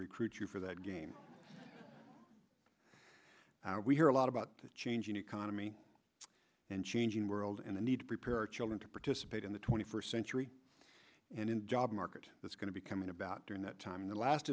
recruit you for that game we hear a lot about the changing economy and changing world and the need to prepare our children to participate in the twenty first century and in the job market that's going to be coming about during that time in the last